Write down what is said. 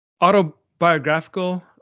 autobiographical